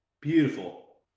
Beautiful